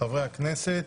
חברי הכנסת.